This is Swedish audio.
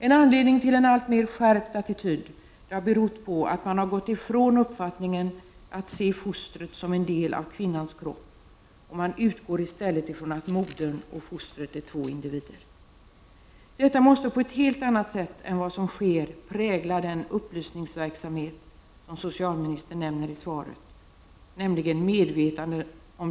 En anledning till en skärpning av attityderna beror på att man har gått ifrån uppfattningen att se fostret som en del av kvinnans kropp och att man i stället utgår från att modern och fostret är två individer. Medvetandet om den etiska konflikt som råder mellan två individer måste på ett helt annat sätt än vad som sker prägla den upplysningsverksamhet som socialministern nämner i svaret.